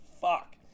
Fuck